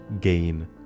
gain